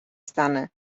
stany